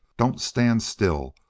don't stand still,